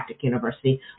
university